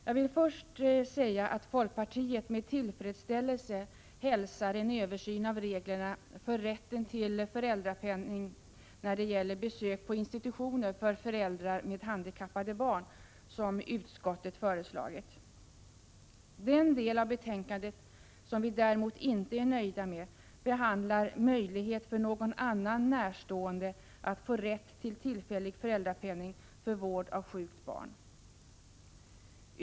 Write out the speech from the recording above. Jag vill först säga att folkpartiet med tillfredsställelse hälsar en översyn av reglerna för rätten till föräldrapenning när det gäller besök på institutioner för föräldrar med handikappade barn, som utskottet föreslagit. Den del av betänkandet som vi däremot inte är överens om behandlar möjligheten för någon annan närstående att få rätt till tillfällig föräldrapenning för vård av sjukt barn.